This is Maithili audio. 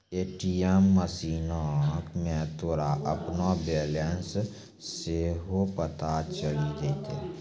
ए.टी.एम मशीनो मे तोरा अपनो बैलेंस सेहो पता चलि जैतै